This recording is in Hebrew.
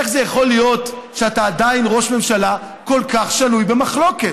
איך זה יכול להיות שאתה עדיין ראש ממשלה כל כך שנוי במחלוקת?